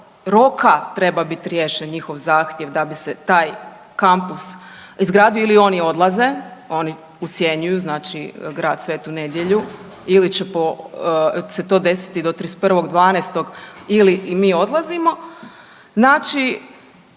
roka treba biti riješen njihov zahtjev da bi se taj kampus izgradio ili oni odlaze, oni ocjenjuju grad Sv. Nedelju ili će se to desiti do 31.12. ili mi odlazimo. Znači